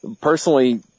Personally